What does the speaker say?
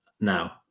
now